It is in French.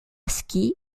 ski